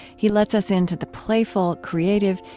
he lets us in to the playful, creative,